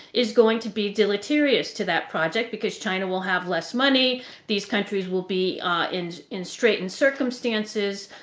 is going to be deleterious to that project because china will have less money these countries will be ah in in straightened circumstances.